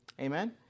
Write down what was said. Amen